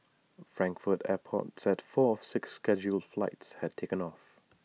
Frankfurt airport said four of six scheduled flights had taken off